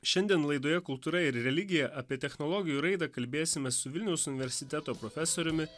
šiandien laidoje kultūra ir religija apie technologijų raidą kalbėsimės su vilniaus universiteto profesoriumi